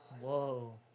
Whoa